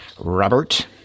Robert